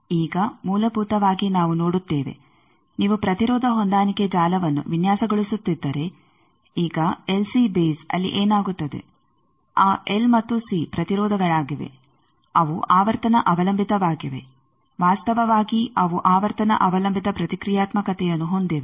ಈಗ ಮೂಲಭೂತವಾಗಿ ನಾವು ನೋಡುತ್ತೇವೆ ನೀವು ಪ್ರತಿರೋಧ ಹೊಂದಾಣಿಕೆ ಜಾಲವನ್ನು ವಿನ್ಯಾಸಗೊಳಿಸುತ್ತಿದ್ದರೆ ಈಗ ಎಲ್ಸಿ ಬೇಸ್ ಅಲ್ಲಿ ಏನಾಗುತ್ತದೆ ಆ ಎಲ್ ಮತ್ತು ಸಿ ಪ್ರತಿರೋಧಗಳಾಗಿವೆ ಅವು ಆವರ್ತನ ಅವಲಂಬಿತವಾಗಿವೆ ವಾಸ್ತವವಾಗಿ ಅವು ಆವರ್ತನ ಅವಲಂಬಿತ ಪ್ರತಿಕ್ರಿಯಾತ್ಮಕತೆಯನ್ನು ಹೊಂದಿವೆ